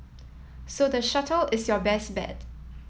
so the shuttle is your best bet